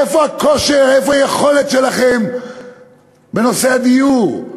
איפה הכושר, איפה היכולת שלכם בנושא הדיור?